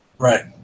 Right